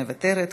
מוותרת,